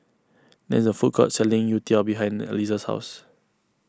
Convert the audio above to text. there is a food court selling Youtiao behind Eliezer's house